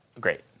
great